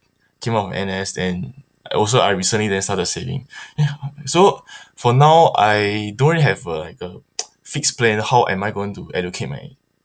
came out from N_S and also I recently then started saving so for now I don't really have a like the fixed plan on how am I going to educate my